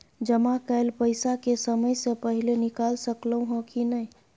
जमा कैल पैसा के समय से पहिले निकाल सकलौं ह की नय?